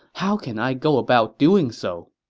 how can i go about doing so?